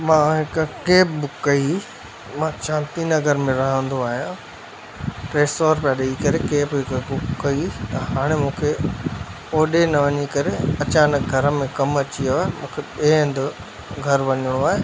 मां हिकु cab book कई मां शांति नगर में रहंदो आहियां टे सौ रुपया ॾई करे कैब हिकु बुक कई हाणे मूंखे होॾे न वञी करे अचानकि घर में कमु अची वियो आहे मूंखे ॿिए हंधि घरु वञिणो आहे